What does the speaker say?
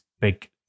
big